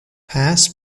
pass